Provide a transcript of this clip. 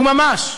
והוא ממש,